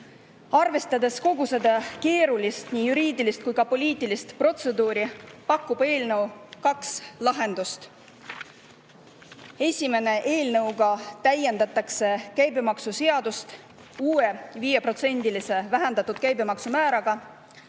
Arvestades kogu seda keerulist, nii juriidilist kui ka poliitilist protseduuri, pakub eelnõu kaks lahendust. Esimene: eelnõuga täiendatakse käibemaksuseadust uue, 5%‑lise, vähendatud käibemaksumääraga.